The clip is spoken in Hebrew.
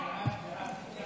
ההצעה